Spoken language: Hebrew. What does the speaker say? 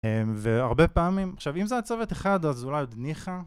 והרבה פעמים, עכשיו אם זו הייתה צוות אחד אז אולי עוד ניחא